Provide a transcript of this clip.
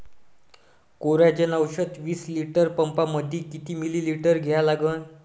Coragen औषध विस litre पंपामंदी किती मिलीमिटर घ्या लागन?